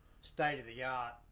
state-of-the-art